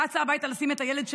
רצה הביתה לשים את הילד,